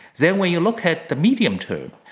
then, when you look at the medium-term,